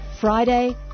Friday